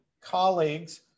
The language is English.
colleagues